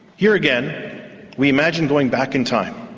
here again we imagine going back in time